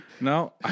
No